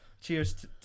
cheers